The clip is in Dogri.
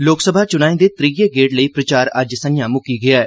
लोकसभा चुनाएं दे त्रीये गेड़ लेई प्रचार अज्ज संझां मुक्की गेआ ऐ